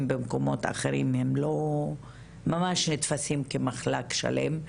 במקומות אחרים הם לא ממש נתפסים כמחלק שלם,